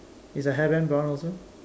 is her hairband brown also